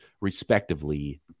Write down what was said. respectively